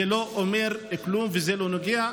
זה לא אומר כלום וזה לא נוגע,